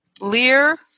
Lear